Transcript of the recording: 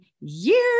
years